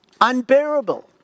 unbearable